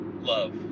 Love